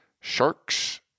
Sharks